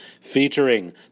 featuring